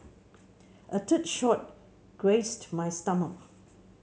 a third shot grazed my stomach